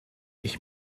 ich